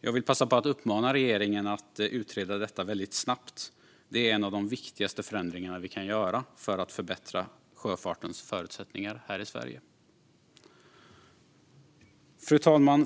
Jag vill passa på att uppmana regeringen att utreda detta väldigt snabbt. Det är en av de viktigaste förändringarna vi kan göra för att förbättra sjöfartens förutsättningar här i Sverige. Fru talman!